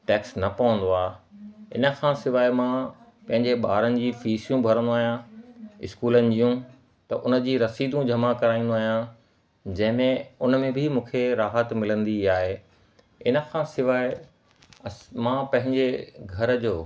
tax न पवंदो आहे इन खां सवाइ मां पंहिंजे ॿारनि जी फ़ीसियूं भरंदो आहियां स्कूलनि जूं त उन जी रसीदूं जमा कराईंदो आहियां जंहिंमें उन में बि मूंखे राहत मिलंदी आहे इन खां सवाइ अस मां पंहिंजे घर जो